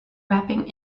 rapping